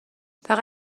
فقط